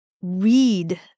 read